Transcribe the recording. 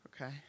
Okay